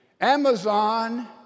Amazon